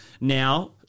now